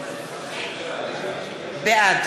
בעד